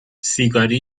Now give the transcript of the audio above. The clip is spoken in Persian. سیگاری